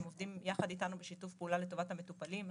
הם עובדים יחד איתנו בשיתוף פעולה לטובת המטופלים הסיעודיים,